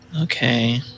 Okay